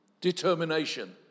determination